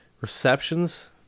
receptions